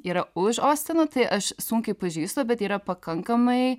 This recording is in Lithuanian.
yra už ostino tai aš sunkiai pažįstu bet yra pakankamai